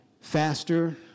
faster